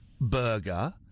Burger